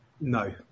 No